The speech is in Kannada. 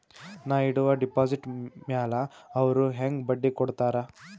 ನಾ ಇಡುವ ಡೆಪಾಜಿಟ್ ಮ್ಯಾಲ ಅವ್ರು ಹೆಂಗ ಬಡ್ಡಿ ಕೊಡುತ್ತಾರ?